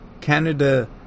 Canada